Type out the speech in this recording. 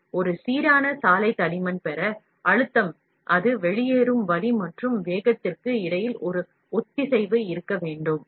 எனவே ஒரு சீரான சாலை தடிமன் பெற அழுத்தம் அது வெளியேறும் வழி மற்றும் வேகத்திற்கு இடையில் ஒரு ஒத்திசைவு இருக்க வேண்டும்